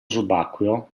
subacqueo